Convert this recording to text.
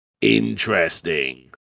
interesting